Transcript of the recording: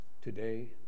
today